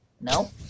No